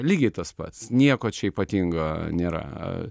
lygiai tas pats nieko čia ypatingo nėra